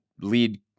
lead